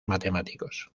matemáticos